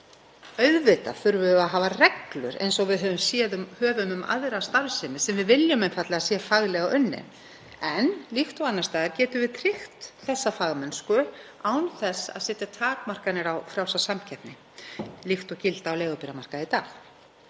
Auðvitað þurfum við að hafa reglur eins og við höfum um aðra starfsemi sem við viljum einfaldlega að sé faglega unnin en eins og annars staðar getum við tryggt þessa fagmennsku án þess að setja takmarkanir á frjálsa samkeppni líkt og gilda á leigubílamarkaði í dag.